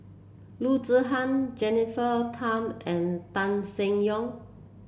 Loo Zihan Jennifer Tham and Tan Seng Yong